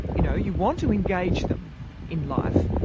you know you want to engage them in life,